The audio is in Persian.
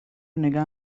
نگه